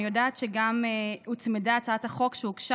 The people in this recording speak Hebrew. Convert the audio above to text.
אני יודעת שגם הוצמדה הצעת חוק שהוגשה